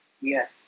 Yes